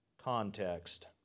Context